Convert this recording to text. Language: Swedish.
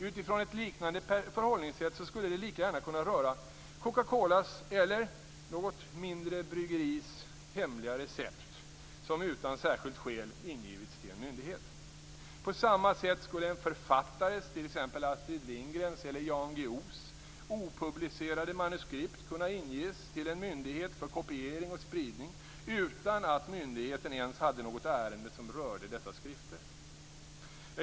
Utifrån ett liknande förhållningssätt skulle det lika gärna kunna röra Coca-Colas eller något mindre bryggeris hemliga recept som utan särskilt skäl ingivits till en myndighet. På samma sätt skulle en författares, t.ex. Astrid Lindgrens eller Jan Guillous opublicerade manuskript kunna inges till en myndighet för kopiering och spridning utan att myndigheten ens hade något ärende som rörde dessa skrifter.